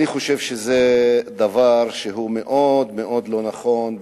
אני חושב שזה דבר שהוא מאוד מאוד לא נכון,